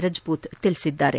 ರಜಪೂತ್ ತಿಳಿಸಿದ್ದಾರೆ